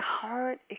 current